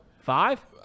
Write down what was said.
five